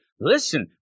listen